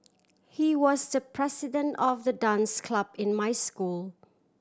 he was the president of the dance club in my school